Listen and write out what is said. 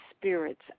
spirits